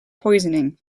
poisoning